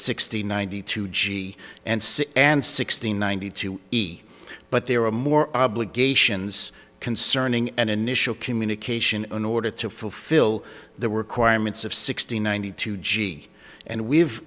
sixty ninety two g and c and sixty ninety two but there were more obligations concerning an initial communication in order to fulfill the requirements of sixty ninety two g and we've